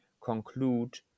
conclude